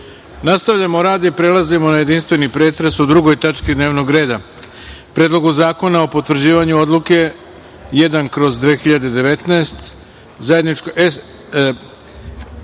Petrović. Nastavljamo rad i prelazimo na jedinstveni pretres o Drugoj tački dnevnog reda - Predlogu zakona o potvrđivanju Odluke 1/2019, zajedničkog